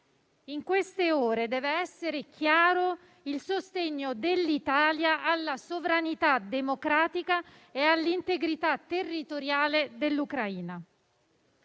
In queste ore deve essere chiaro il sostegno dell'Italia alla sovranità democratica e all'integrità territoriale dell'Ucraina.